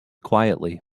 quietly